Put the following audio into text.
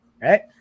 right